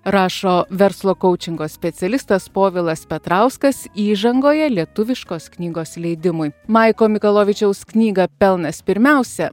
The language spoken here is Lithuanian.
rašo verslo kaučingo specialistas povilas petrauskas įžangoje lietuviškos knygos leidimui maiklo mikalovičiaus knygą pelnas pirmiausia